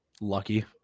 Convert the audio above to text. Lucky